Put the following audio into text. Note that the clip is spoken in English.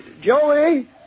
Joey